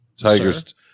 Tigers